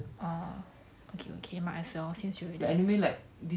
orh okay okay might as well since you already